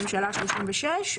הממשלה ה-36,